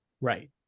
Right